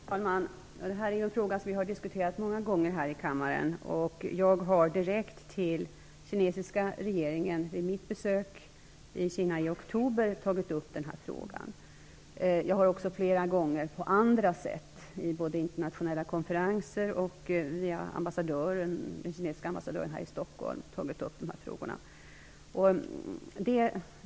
Fru talman! Detta är en fråga som vi har diskuterat många gånger här i kammaren. Jag har direkt tagit upp den här frågan med den kinesiska regeringen under mitt besök i Kina i oktober. Jag har också flera gånger på andra sätt i internationella konferenser och via den kinesiska ambassadören här i Stockholm tagit upp dessa frågor.